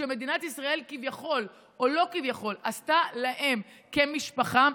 שמדינת ישראל כביכול או לא כביכול עשתה להם כמשפחה,